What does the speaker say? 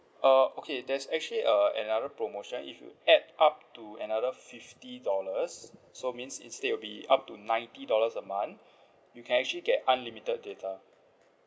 uh okay there's actually uh another promotion if you add up to another fifty dollars so means instead it'll be up to ninety dollars a month you can actually get unlimited data